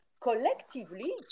collectively